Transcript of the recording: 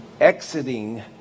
exiting